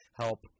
help